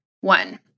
One